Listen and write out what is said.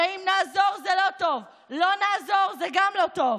הרי אם נעזור זה לא טוב, לא נעזור, זה גם לא טוב.